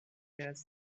quieres